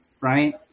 right